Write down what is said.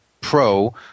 Pro